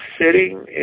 sitting